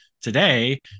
today